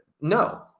no